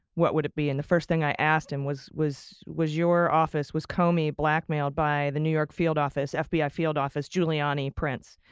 what would it be? and the first thing i asked him was, was was your office, was comey blackmailed by the new york field office, fbi field office, giuliani, prince,